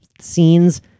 scenes